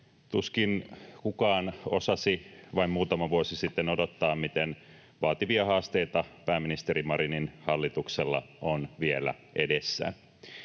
Tuskin kukaan osasi vain muutama vuosi sitten odottaa, miten vaativia haasteita pääministeri Marinin hallituksella on vielä edessään.